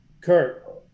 Kurt